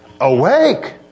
Awake